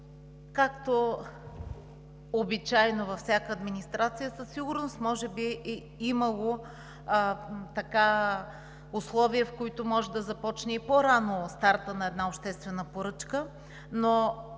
както обичайно във всяка администрация със сигурност може би е имало условия, в които може да започне и по-рано стартът на една обществена поръчка.